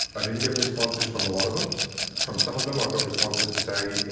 i didn't get responses from a lot of them from some of them i got responses to say,